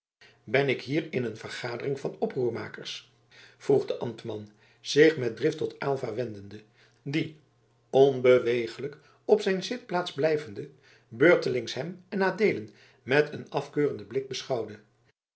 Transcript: ben ik hier in een vergadering van oproermakers vroeg de ambtman zich met drift tot aylva wendende die onbeweeglijk op zijn zitplaats blijvende beurtelings hem en adeelen met een afkeurenden blik beschouwde